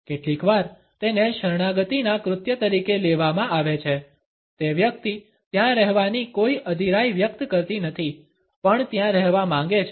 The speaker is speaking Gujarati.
કેટલીકવાર તેને શરણાગતિના કૃત્ય તરીકે લેવામાં આવે છે તે વ્યક્તિ ત્યાં રહેવાની કોઈ અધીરાઈ વ્યક્ત કરતી નથી પણ ત્યાં રહેવા માંગે છે